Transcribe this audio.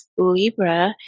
Libra